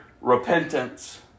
repentance